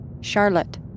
Charlotte